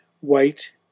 white